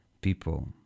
people